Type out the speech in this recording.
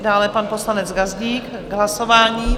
Dále pan poslanec Gazdík k hlasování.